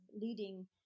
leading